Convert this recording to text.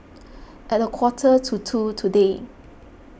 at a quarter to two today